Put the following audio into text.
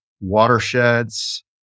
watersheds